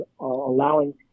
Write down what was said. allowing